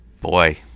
boy